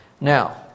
Now